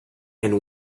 and